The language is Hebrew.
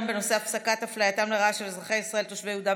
בנושא: הפסקת אפלייתם לרעה של אזרחי ישראל תושבי יהודה,